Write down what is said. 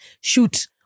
shoot